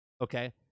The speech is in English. okay